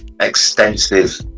extensive